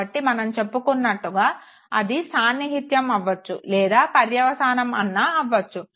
కాబట్టి మనం చెప్పుకున్నట్టుగా అది సానిహిత్యం అవచ్చు లేదా పర్యవసానం అన్నా అవ్వచ్చు